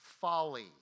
folly